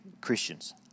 Christians